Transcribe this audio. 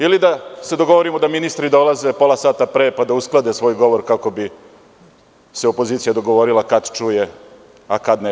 Ili da se dogovorimo da ministri dolaze pola sata pre, pa da usklade svoj govor kako bi se opozicija dogovorila kada čuje, a kada ne.